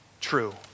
true